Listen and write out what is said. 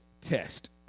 Test